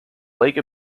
lake